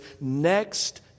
next